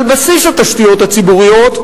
על בסיס התשתיות הציבוריות,